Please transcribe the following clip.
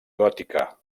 gòtica